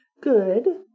Good